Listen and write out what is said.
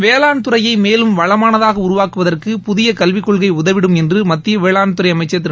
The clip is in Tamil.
வேளாண்துறையை மேலும் வளமானதாக உருவாக்குவதற்கு புதிய கல்விக்கொள்கை உதவிடும் என்று மத்திய வேளாண்துறை அமைச்சர் திரு